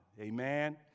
Amen